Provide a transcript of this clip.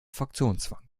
fraktionszwang